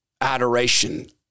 Adoration